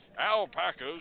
Alpacas